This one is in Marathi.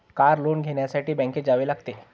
कार लोन घेण्यासाठी बँकेत जावे लागते